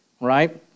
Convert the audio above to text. right